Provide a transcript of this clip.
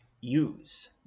Use